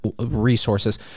resources